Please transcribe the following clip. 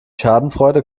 schadenfreude